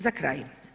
Za kraj.